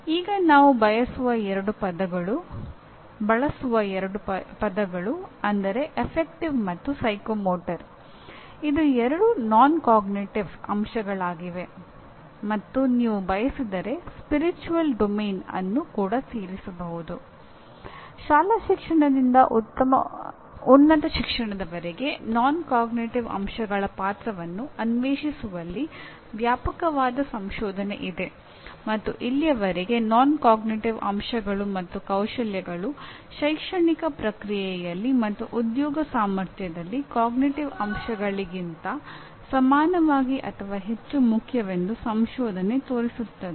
ಈಗ ನಾವು ಬಳಸುವ ಎರಡೂ ಪದಗಳು ಅಂದರೆ ಅಫೆಕ್ಟಿವ್ ಅಂಶಗಳು ಮತ್ತು ಕೌಶಲ್ಯಗಳು ಶೈಕ್ಷಣಿಕ ಪ್ರಕ್ರಿಯೆಯಲ್ಲಿ ಮತ್ತು ಉದ್ಯೋಗ ಸಾಮರ್ಥ್ಯದಲ್ಲಿ ಅರಿವಿನ ಅಂಶಗಳಿಗಿಂತ ಸಮಾನವಾಗಿ ಅಥವಾ ಹೆಚ್ಚು ಮುಖ್ಯವೆಂದು ಸಂಶೋಧನೆ ತೋರಿಸುತ್ತದೆ